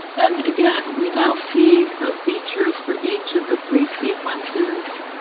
and again, we now see the features for each of the three sequences